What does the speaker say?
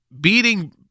beating